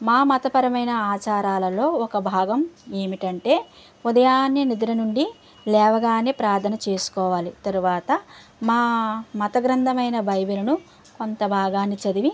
మా మతపరమైన ఆచారాలలో ఒక భాగం ఏమిటంటే ఉదయాన్నే నిద్ర నుండి లేవగానే ప్రార్థన చేసుకోవాలి తరువాత మా మత గ్రంథమైన బైబిల్ను కొంత భాగాన్ని చదివి